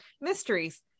Mysteries